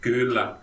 Kyllä